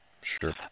Sure